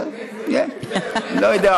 לא יודע,